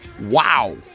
Wow